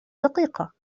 دقيقة